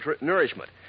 nourishment